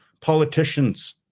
politicians